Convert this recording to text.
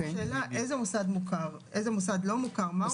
כי השאלה איזה מוסד מוכר, איזה מוסד לא מוכר.